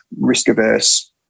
risk-averse